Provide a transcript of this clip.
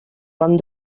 van